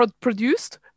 produced